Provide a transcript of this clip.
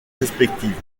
respectives